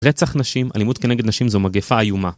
רצח נשים, אלימות כנגד נשים זו מגפה איומה.